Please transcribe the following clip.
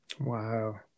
wow